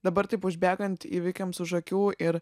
dabar taip užbėgant įvykiams už akių ir